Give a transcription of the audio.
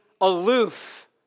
aloof